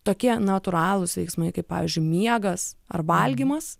tokie natūralūs veiksmai kaip pavyzdžiui miegas ar valgymas